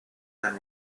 than